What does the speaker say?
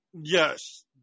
yes